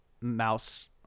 mouse